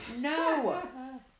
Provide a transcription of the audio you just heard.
No